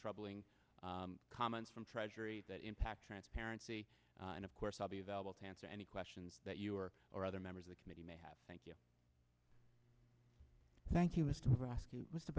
troubling comments from treasury that impact transparency and of course i'll be available to answer any questions that you or or other members of the committee may have thank you thank you